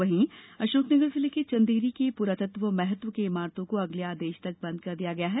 वहीं अशोकनगर जिले के चंदेरी के पुरातत्व महत्व के इमारतों को अगले आदेश तक बंद कर दिया गया है